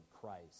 Christ